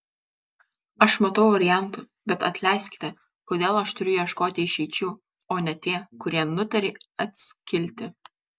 aš matau variantų bet atleiskite kodėl aš turiu ieškoti išeičių o ne tie kurie nutarė atskilti